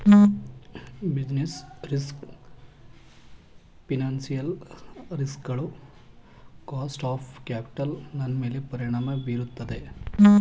business risk financial risk ಗಳು cost of capital ನನ್ಮೇಲೆ ಪರಿಣಾಮ ಬೀರುತ್ತದೆ